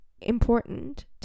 important